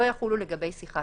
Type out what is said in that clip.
לא יחולו לגבי שיחה